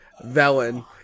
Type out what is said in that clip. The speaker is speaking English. Velen